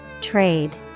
Trade